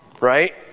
right